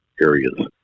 areas